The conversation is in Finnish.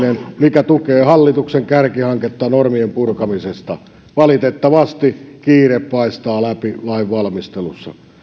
mikä tukee hallituksen kärkihanketta normien purkamisesta valitettavasti kiire paistaa läpi lain valmistelussa